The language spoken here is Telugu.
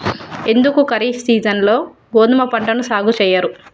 ఎందుకు ఖరీఫ్ సీజన్లో గోధుమ పంటను సాగు చెయ్యరు?